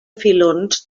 filons